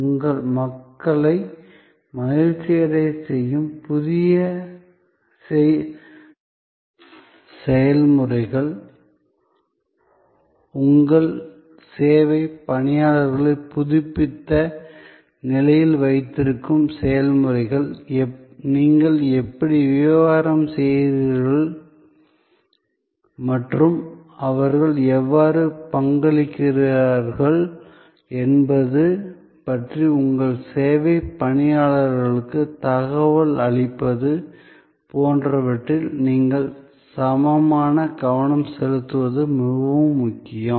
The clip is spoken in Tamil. உங்கள் மக்களை மகிழ்ச்சியடையச் செய்யும் செயல்முறைகள் உங்கள் சேவை பணியாளர்களை புதுப்பித்த நிலையில் வைத்திருக்கும் செயல்முறைகள் நீங்கள் எப்படி வியாபாரம் செய்கிறீர்கள் மற்றும் அவர்கள் எவ்வாறு பங்களிக்கிறார்கள் என்பது பற்றி உங்கள் சேவை பணியாளர்களுக்கு தகவல் அளிப்பது போன்றவற்றில் நீங்கள் சமமான கவனம் செலுத்துவது மிகவும் முக்கியம்